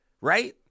Right